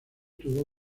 tuvo